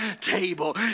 table